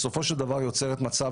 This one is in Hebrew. יוצרת מצב